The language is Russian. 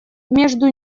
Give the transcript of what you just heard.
между